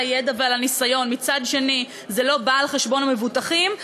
הידע ועל הניסיון ומצד שני זה לא בא על חשבון המבוטחים,